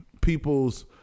people's